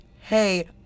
hey